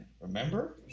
remember